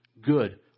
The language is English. good